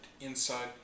inside